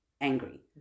angry